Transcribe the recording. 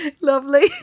Lovely